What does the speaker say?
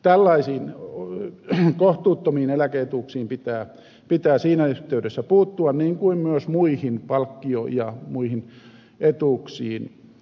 tällaisiin kohtuuttomiin eläke etuuksiin pitää siinä yhteydessä puuttua niin kuin myös palkkio ja muihin etuuksiin